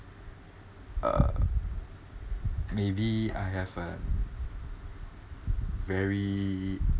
uh maybe I have a very